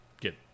get